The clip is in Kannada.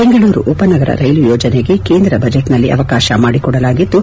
ಬೆಂಗಳೂರು ಉಪನಗರ ರೈಲು ಯೋಜನೆಗೆ ಕೇಂದ್ರ ಬಜೆಟ್ನಲ್ಲಿ ಅವಕಾಶ ಮಾಡಿಕೊಡಲಾಗಿದ್ದು